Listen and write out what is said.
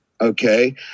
okay